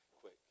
quick